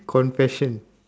confession